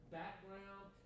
background